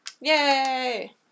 Yay